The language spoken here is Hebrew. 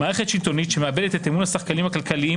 מערכת שלטונית שמאבדת את אמון השחקנים הכלכליים